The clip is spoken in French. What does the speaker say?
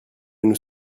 nous